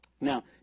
Now